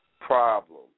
problem